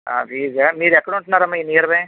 ఆ ఫీజ్ ఆ మీరు ఎక్కడుంటున్నారమ్మ నియర్ బై